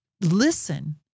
Listen